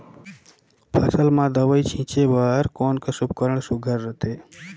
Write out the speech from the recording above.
फसल म दव ई छीचे बर कोन कस उपकरण सुघ्घर रथे?